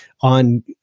on